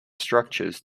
structures